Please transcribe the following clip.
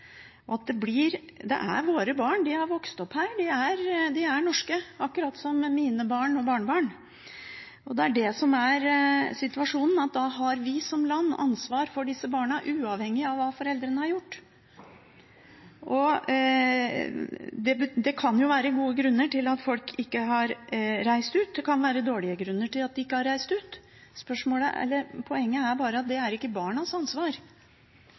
Det er våre barn, de har vokst opp her, de er norske, akkurat som mine barn og barnebarn. Det er det som er situasjonen. Da har vi som land ansvar for disse barna uavhengig av hva foreldrene har gjort. Det kan være gode grunner til at folk ikke har reist ut, og det kan være dårlige grunner til at de ikke har reist ut – poenget er bare at det er ikke barnas ansvar.